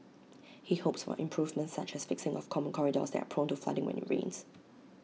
he hopes for improvements such as the fixing of common corridors that are prone to flooding when IT rains